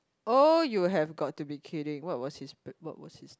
oh you have got to be kidding what was his what was his